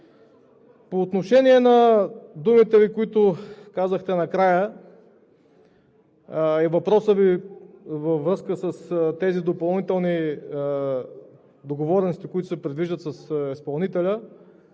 По отношение на думите Ви, които казахте накрая, и въпросът Ви във връзка с тези допълнителни договорености, които се предвиждат с изпълнителя.